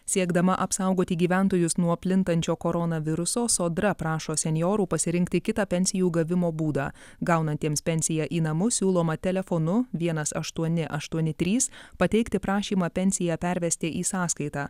siekdama apsaugoti gyventojus nuo plintančio koronaviruso sodra prašo senjorų pasirinkti kitą pensijų gavimo būdą gaunantiems pensiją į namus siūloma telefonu vienas aštuoni aštuoni trys pateikti prašymą pensiją pervesti į sąskaitą